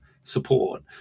support